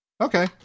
Okay